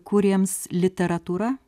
kuriems literatūra